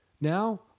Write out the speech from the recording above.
Now